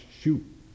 shoot